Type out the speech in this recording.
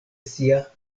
sia